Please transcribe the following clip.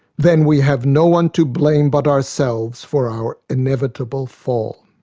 then we have no one to blame but ourselves for our inevitable fall.